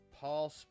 Paul